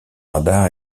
radar